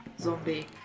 zombie